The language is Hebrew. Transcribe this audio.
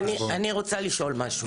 אז אני רוצה לשאול משהו.